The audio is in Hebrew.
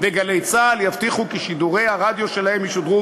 ו"גלי צה"ל" יבטיחו כי שידורי הרדיו שלהם ישודרו